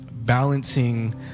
balancing